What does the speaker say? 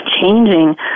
changing